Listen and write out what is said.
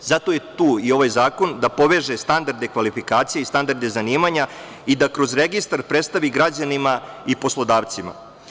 Zato je tu i ovaj zakon, da poveže standarde kvalifikacija i standarde zanimanja i da kroz registar predstavi građanima i poslodavcima.